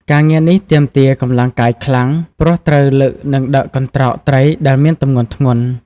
ការងារនេះទាមទារ កម្លាំងកាយ ខ្លាំង ព្រោះត្រូវលើកនិងដឹកកន្ត្រកត្រីដែលមានទម្ងន់ធ្ងន់។